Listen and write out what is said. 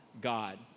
God